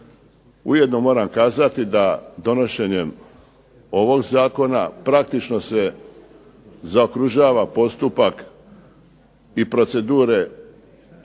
Ujedno moram kazati da donošenjem ovog zakona praktično se zaokružuje postupak i procedure